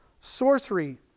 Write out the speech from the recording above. sorcery